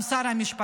גם את שר המשפטים.